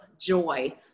joy